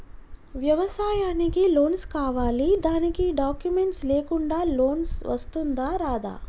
వ్యవసాయానికి లోన్స్ కావాలి దానికి డాక్యుమెంట్స్ లేకుండా లోన్ వస్తుందా రాదా?